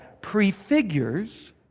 prefigures